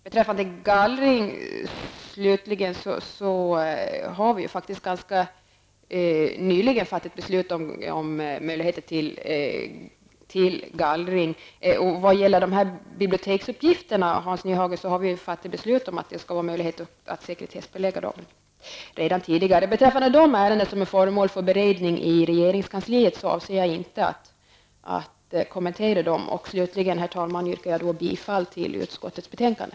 Beträffande gallring av uppgifter i vissa register har vi faktiskt ganska nyligen fattat ett beslut om möjligheter till en sådan. När det gäller de här biblioteksuppgifterna, Hans Nyhage, har vi redan tidigare fattat beslut om att det skall finnas möjlighet att sekretessbelägga dem. Jag avser inte att kommentera de ärenden som är föremål för beredning i regeringskansliet. Herr talman! Slutligen yrkar jag bifall till hemställan i utskottets betänkande.